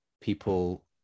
people